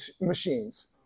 machines